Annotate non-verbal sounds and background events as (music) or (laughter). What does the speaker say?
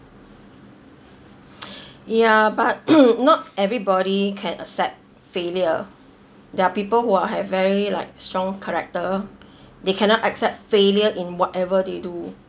(noise) ya but (coughs) not everybody can accept failure there are people who are have very like strong character (breath) they cannot accept failure in whatever they do